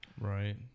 Right